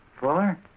Fuller